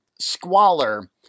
squalor